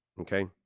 okay